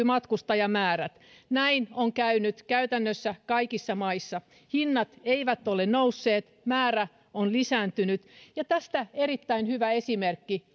matkustajamäärät näin on käynyt käytännössä kaikissa maissa hinnat eivät ole nousseet määrä on lisääntynyt ja tästä erittäin hyvä esimerkki